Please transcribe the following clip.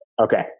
Okay